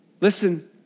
Listen